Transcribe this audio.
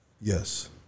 Yes